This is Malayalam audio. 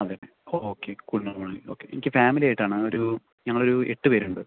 അതെയല്ലേ ഓക്കെ കുളുമണാലി ഓക്കെ എനിക്ക് ഫാമിലി ആയിട്ടാണ് ഒരു ഞങ്ങളൊരു എട്ടു പേരുണ്ട്